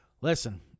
Listen